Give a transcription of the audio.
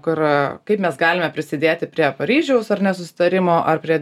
kur kaip mes galime prisidėti prie paryžiaus ar ne susitarimo ar prie